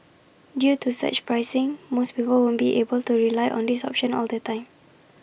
due to surge pricing most people won't be able to rely on this option all the time